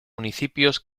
municipios